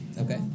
Okay